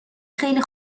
خیلی